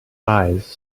eyes